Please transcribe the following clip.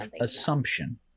assumption